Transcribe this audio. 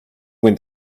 went